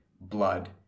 blood